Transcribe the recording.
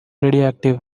radioactive